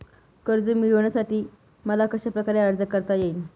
कर्ज मिळविण्यासाठी मला कशाप्रकारे अर्ज करता येईल?